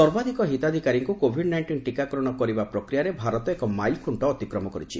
ସର୍ବାଧିକ ହିତାଧିକାରୀଙ୍କ Covid nineteen ଟିକାକରଣ କରିବା ପ୍ରକ୍ରିୟାରେ ଭାରତ ଏକ ମାଇଲ୍ଖ୍ରଣ୍ଟ ଅତିକ୍ରମ କରିଛି